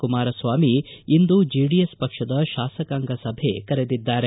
ಕುಮಾರಸ್ವಾಮಿ ಇಂದು ಜೆಡಿಎಸ್ ಪಕ್ಷದ ಶಾಸಕಾಂಗ ಸಭೆ ಕರೆದಿದ್ದಾರೆ